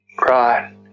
Right